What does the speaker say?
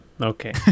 Okay